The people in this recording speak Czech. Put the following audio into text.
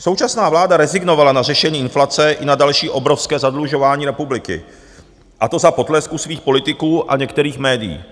Současná vláda rezignovala na řešení inflace i na další obrovské zadlužování republiky, a to za potlesku svých politiků a některých médií.